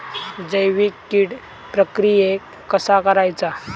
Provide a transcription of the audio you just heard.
जैविक कीड प्रक्रियेक कसा करायचा?